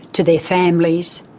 to their families,